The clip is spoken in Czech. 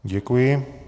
Děkuji.